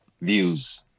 views